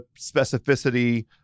specificity